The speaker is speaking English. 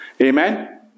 Amen